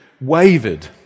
wavered